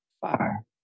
Fire